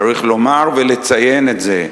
צריך לומר ולציין את זה: